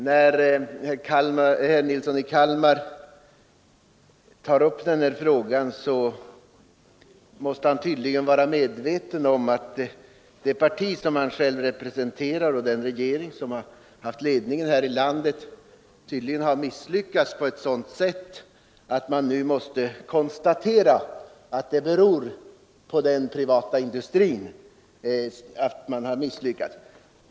När herr Nilsson i Kalmar tar upp den här frågan måste han vara medveten om att det parti som han själv representerar och den regering som haft ledningen här i landet tydligen har misslyckats på ett sådant sätt att man nu måste påstå att det beror på den privata industrin att man har misslyckats.